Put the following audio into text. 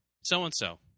so-and-so